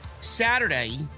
Saturday